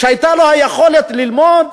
שהיתה לו היכולת ללמוד,